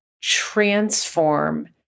transform